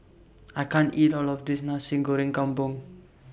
I can't eat All of This Nasi Goreng Kampung